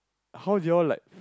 how do you all like